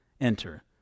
enter